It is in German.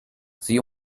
sie